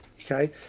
okay